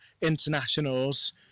Internationals